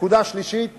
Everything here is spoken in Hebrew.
נקודה שלישית היא